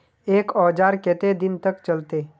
एक औजार केते दिन तक चलते?